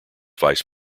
vice